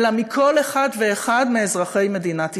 אלא מכל אחד ואחד מאזרחי מדינת ישראל.